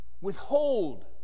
withhold